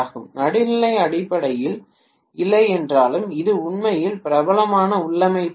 நடுநிலை அடிப்படையில் இல்லை என்றால் அது உண்மையில் பிரபலமான உள்ளமைவு அல்ல